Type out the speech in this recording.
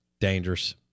dangerous